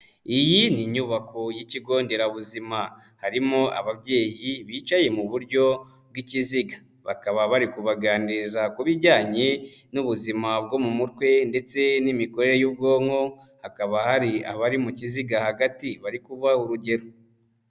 Iyi ni inyubako y'ikigo nderabuzima, harimo ababyeyi bicaye mu buryo bw'ikiziga, bakaba bari kubaganiriza ku bijyanye n'ubuzima bwo mu mutwe ndetse n'imikorere y'ubwonko, hakaba hari abari mu kiziga hagati bari kubaha urugero.